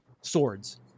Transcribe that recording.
swords